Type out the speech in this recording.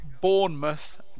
Bournemouth